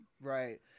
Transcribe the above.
Right